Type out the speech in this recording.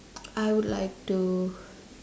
I would like to